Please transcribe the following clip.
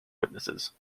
witnesses